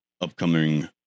upcoming